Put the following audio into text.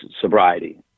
sobriety